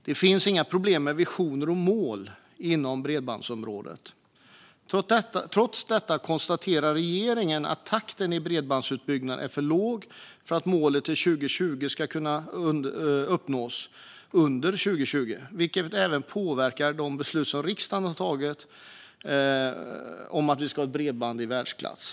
Det finns inga problem med visioner och mål inom bredbandsområdet. Trots detta konstaterade regeringen att takten i bredbandsutbyggnaden är för låg för att målet till 2020 skulle uppnås under 2020, vilket även påverkar de beslut som riksdagen har tagit om att vi ska ha bredband i världsklass.